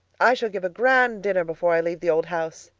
i shall give a grand dinner before i leave the old house!